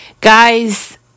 Guys